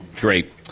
Great